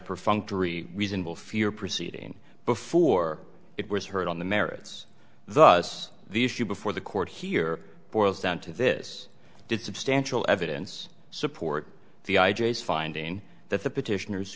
perfunctory reasonable fear proceeding before it was heard on the merits thus the issue before the court here boils down to this did substantial evidence support the i j a is finding that the petitioners